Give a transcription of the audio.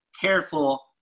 careful